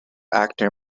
actor